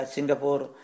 Singapore